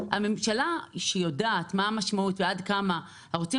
הממשלה שיודעת מה המשמעות ועד כמה ערוצים